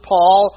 Paul